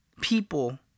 people